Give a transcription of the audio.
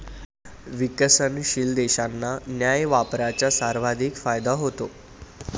विकसनशील देशांना न्याय्य व्यापाराचा सर्वाधिक फायदा होतो